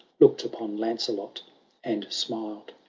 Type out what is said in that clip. looked upon lancelot and smiled.